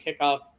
kickoff